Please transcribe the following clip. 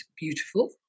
beautiful